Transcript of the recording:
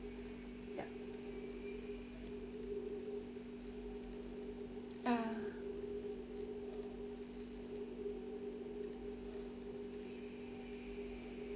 ya ah